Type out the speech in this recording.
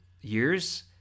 years